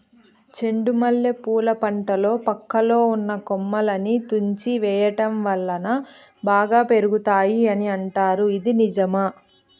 చెండు మల్లె పూల పంటలో పక్కలో ఉన్న కొమ్మలని తుంచి వేయటం వలన బాగా పెరుగుతాయి అని అంటారు ఇది నిజమా?